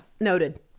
noted